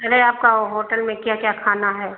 अरे आपकी वो होटल में क्या क्या खाना है